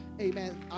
Amen